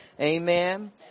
Amen